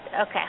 okay